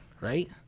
right